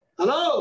Hello